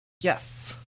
Yes